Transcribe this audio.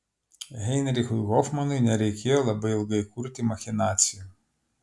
heinrichui hofmanui nereikėjo labai ilgai kurti machinacijų